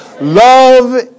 Love